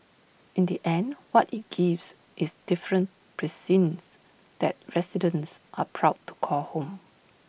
in the end what IT gives is different precincts that residents are proud to call home